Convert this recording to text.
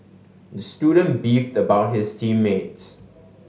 the student beefed about his team mates